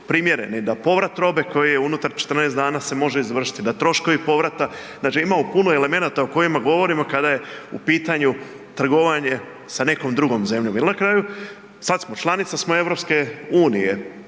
primjereni, da povrat robe koji je unutar 14 dana se može izvršiti, da troškovi povrata, znači imamo puno elemenata o kojima govorimo kada je u pitanju trgovanje sa nekom drugom zemlju. I na kraju sad smo, članica smo EU, možemo